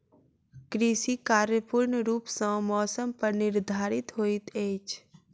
कृषि कार्य पूर्ण रूप सँ मौसम पर निर्धारित होइत अछि